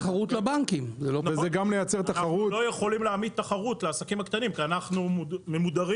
אנחנו לא יכולים להעמיד תחרות לעסקים הקטנים כי אנחנו ממודרים.